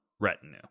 retinue